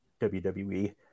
WWE